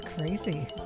crazy